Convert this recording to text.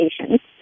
patients